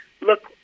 look